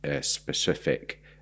specific